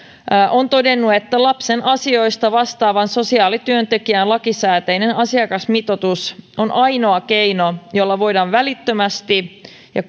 on todennut että lapsen asioista vastaavan sosiaalityöntekijän lakisääteinen asiakasmitoitus on ainoa keino jolla voidaan välittömästi ja